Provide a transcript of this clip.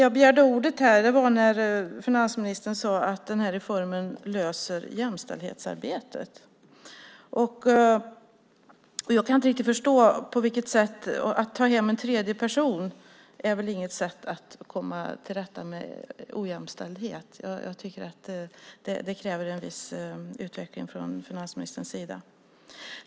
Jag begärde ordet när finansministern sade att den här reformen löser jämställdhetsarbetet. Jag kan inte riktigt förstå det. Att ta hem en tredje person är väl inget sätt att komma till rätta med ojämställdhet. Jag tycker att det kräver en viss utveckling från finansministerns sida.